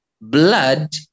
blood